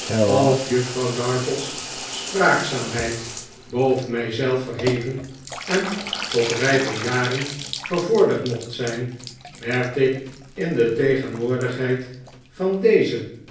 of juffrouw dartle's spraakzaamheid boven mij zelf verheven en tot rijper jaren gevorderd mocht zijn werd ik in de tegenwoordigheid van dezen